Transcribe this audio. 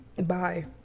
bye